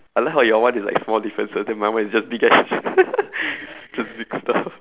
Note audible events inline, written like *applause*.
I like how your one is like small differences then my one is just big ass *laughs* just big stuff